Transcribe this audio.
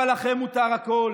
אבל לכם מותר הכול.